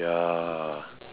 ya